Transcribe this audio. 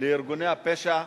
לארגוני הפשע,